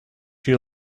you